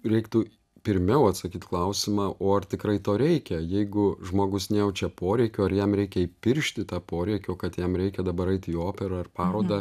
reiktų pirmiau atsakyt klausimą o ar tikrai to reikia jeigu žmogus nejaučia poreikio ar jam reikia įpiršti tą poreikio kad jam reikia dabar eit į operą ar parodą